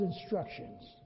instructions